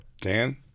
Dan